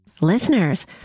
Listeners